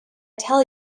tell